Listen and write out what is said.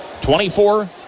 24